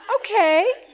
Okay